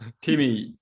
Timmy